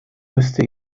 müsste